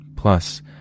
Plus